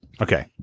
okay